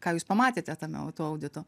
ką jūs pamatėte tame auto audito